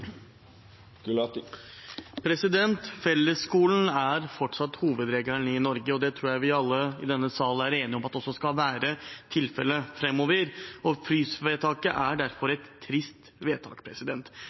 Fellesskolen er fortsatt hovedregelen i Norge, og det tror jeg vi alle i denne sal er enige om at skal være tilfellet også framover. Frysvedtaket er derfor